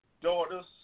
daughters